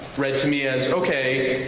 read to me as okay,